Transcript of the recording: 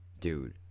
dude